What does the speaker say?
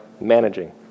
managing